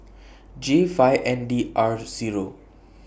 J five N D R Zero